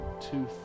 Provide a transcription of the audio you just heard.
two